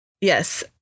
Yes